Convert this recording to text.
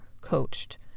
coached